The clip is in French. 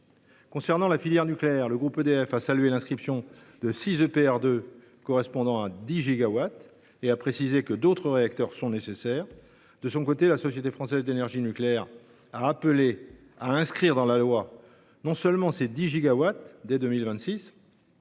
Concernant la filière nucléaire, le groupe EDF a salué l’inscription de six EPR2, correspondant à 10 gigawatts de capacités, et a précisé que d’autres réacteurs étaient nécessaires. De son côté, la Société française d’énergie nucléaire (Sfen) a appelé à inscrire dans la loi, non seulement ces 10 gigawatts, dès 2026,